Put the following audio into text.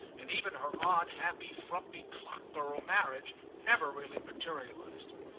and even her odd happy frumpy clockborough marriage never really materialised her.